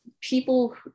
people